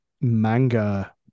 manga